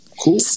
Cool